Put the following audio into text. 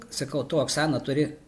sakau tu oksana turi